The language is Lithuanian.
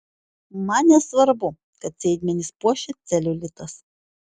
man nesvarbu kad sėdmenis puošia celiulitas